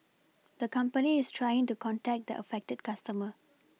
the company is trying to contact the affected customer